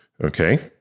Okay